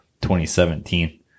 2017